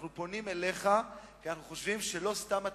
אנחנו פונים אליך כי אנחנו חושבים שלא סתם אתה